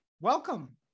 welcome